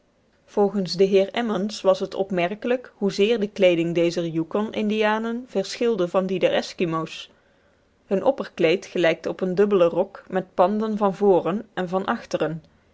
volgens den heer emmons was het opmerkelijk hoezeer de kleeding dezer yukon indianen verschilde van die der eskimo's hun opperkleed gelijkt op een dubbelen rok met panden van voren en van achteren